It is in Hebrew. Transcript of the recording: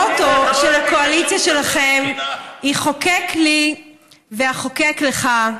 המוטו של הקואליציה שלכם היא "חוקק לי ואחוקק לך".